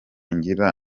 ngira